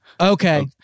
Okay